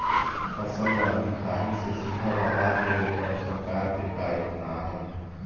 फसल ला दिखाही से सीधा बजार लेय बर सरकार के का योजना आहे?